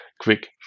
quick